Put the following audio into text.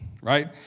right